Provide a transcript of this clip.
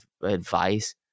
advice